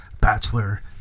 bachelor